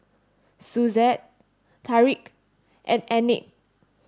Suzette Tarik and Enid